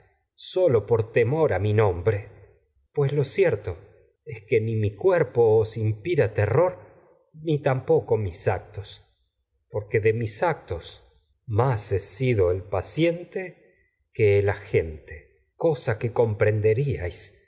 sólo por temor a mi os bre pues lo cierto ni que ni mi cuerpo inspira terror tampoco mis actos porque de mis actos más he sido el paciente que el agente cosa que comprenderíais si